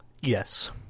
Yes